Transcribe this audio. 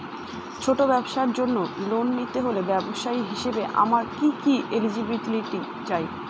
ছোট ব্যবসার জন্য লোন নিতে হলে ব্যবসায়ী হিসেবে আমার কি কি এলিজিবিলিটি চাই?